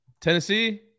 Tennessee